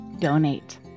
donate